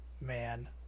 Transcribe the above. man